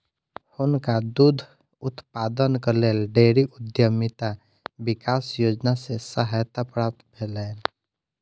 हुनका दूध उत्पादनक लेल डेयरी उद्यमिता विकास योजना सॅ सहायता प्राप्त भेलैन